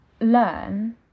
learn